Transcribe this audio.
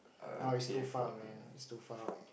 no it's too far man it's too far